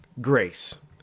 Grace